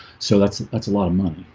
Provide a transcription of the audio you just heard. so that's that's a lot of money